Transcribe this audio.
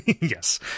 Yes